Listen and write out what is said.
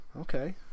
Okay